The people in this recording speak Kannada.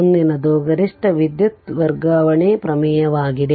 ಮುಂದಿನದು ಗರಿಷ್ಠ ವಿದ್ಯುತ್ ವರ್ಗಾವಣೆ ಪ್ರಮೇಯವಾಗಿದೆ